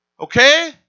Okay